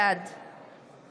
בעד שרן